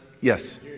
yes